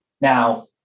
Now